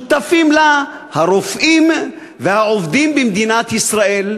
שותפים לה הרופאים והעובדים במדינת ישראל,